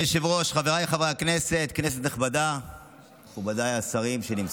חברי הכנסת, הנושא הבא על סדר-היום: